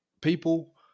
people